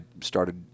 started